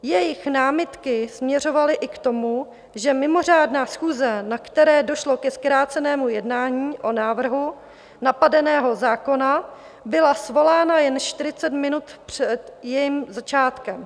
Jejich námitky směřovaly i k tomu, že mimořádná schůze, na které došlo ke zkrácenému jednání o návrhu napadeného zákona, byla svolána jen 40 minut před jejím začátkem.